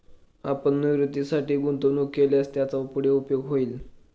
आपण निवृत्तीसाठी गुंतवणूक केल्यास त्याचा पुढे उपयोग होईल